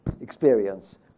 experience